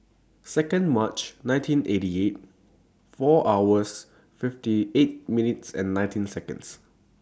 Second March nineteen eighty eight four hours fifty eight minutes and nineteen Seconds